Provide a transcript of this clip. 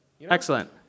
Excellent